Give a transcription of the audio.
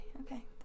okay